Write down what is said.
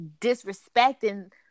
disrespecting